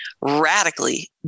radically